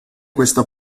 questo